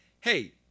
hey